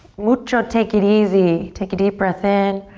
mucho, take it easy, take a deep breath in.